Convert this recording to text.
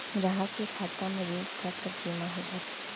ग्राहक के खाता म ऋण कब तक जेमा हो जाथे?